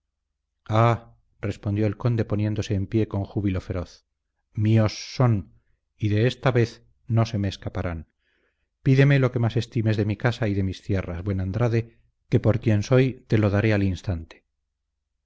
ah respondió el conde poniéndose en pie con júbilo feroz míos son y de esta vez no se me escaparán pídeme lo que más estimes de mi casa y de mis tierras buen andrade que por quien soy te lo daré al instante